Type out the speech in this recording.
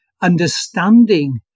understanding